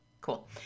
Cool